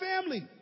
family